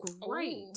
great